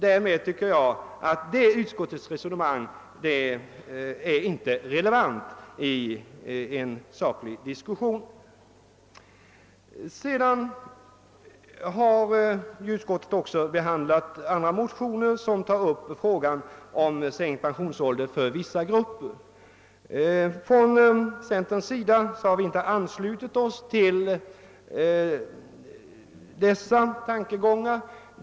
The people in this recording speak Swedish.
Därmed tycker jag att utskottets resonemang på denna punkt kan avfärdas såsom icke relevant i en saklig diskussion. Utskottet har i sitt utlåtande även behandlat motioner som tar upp frågan om en sänkt pensionsålder för vissa grupper. Från centerpartiets sida har vi inte anslutit oss till dessa tankegångar.